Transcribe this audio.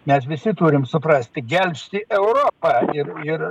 mes visi turim suprasti gelbsti europa ir ir